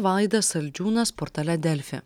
vaidas saldžiūnas portale delfi